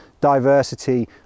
diversity